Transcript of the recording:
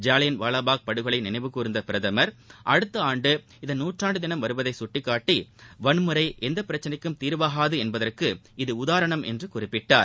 ஜாலியன்வாலாபாக் படுகொலையை நினைவுகூர்ந்த பிரதமர் அடுத்த ஆண்டு இதன் நூற்றாண்டு தினம் வருவதை சுட்டிக்காட்டி வன்முறை எந்த பிரச்சனைக்கும் தீர்வாகாது என்பதற்கு இது உதாரணம் என்றார்